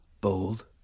bold